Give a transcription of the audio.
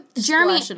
Jeremy